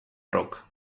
rock